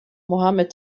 mohammad